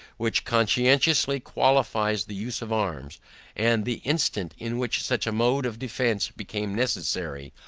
which conscientiously qualifies the use of arms and the instant, in which such a mode of defence became necessary,